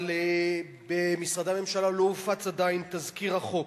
אבל במשרדי הממשלה לא הופץ עדיין תזכיר החוק.